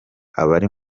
abari